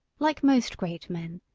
like most great men,